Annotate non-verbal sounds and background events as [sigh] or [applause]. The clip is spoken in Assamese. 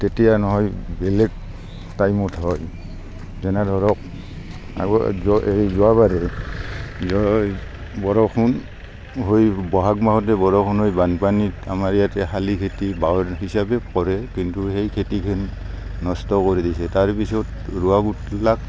তেতিয়া নহৈ বেলেগ টাইমত হয় যেনে ধৰক আগৰ এই যোৱাবাৰে বৰষুণ হৈ বহাগ মাহতে বৰষুণ হৈ বানপানীত আমাৰ ইয়াতে শালি খেতি [unintelligible] হিচাপে কৰে কিন্তু সেই খেতিখিনি নষ্ট কৰি দিছে তাৰপিছত ৰোৱাবিলাক